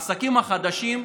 העסקים החדשים,